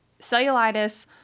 cellulitis